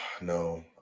no